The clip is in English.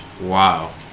Wow